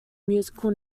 musical